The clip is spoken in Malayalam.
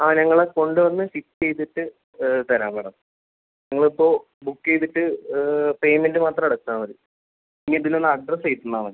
ആ ഞങ്ങൾ അത് കൊണ്ടുവന്ന് ഫിറ്റ് ചെയ്തിട്ട് തരാം മാഡം നിങ്ങളിപ്പോൾ ബുക്ക് ചെയ്തിട്ട് പേയ്മെൻ്റ് മാത്രം അടച്ചാൽ മതി ഇനി ഇതിൽ ഒന്ന് അഡ്രസ് എഴുതി തന്നാൽ മതി